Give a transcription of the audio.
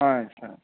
సరే